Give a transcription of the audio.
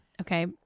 okay